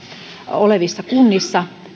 olevissa kunnissa